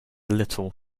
little